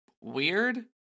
weird